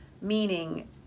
Meaning